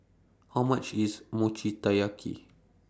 How much IS Mochi Taiyaki